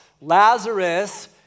Lazarus